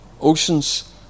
oceans